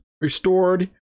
restored